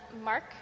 Mark